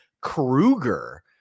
Krueger